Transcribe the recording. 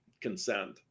consent